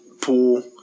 pool